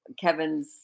Kevin's